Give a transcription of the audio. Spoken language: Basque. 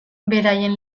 beraien